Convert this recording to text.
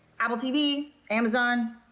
apple tv, amazon,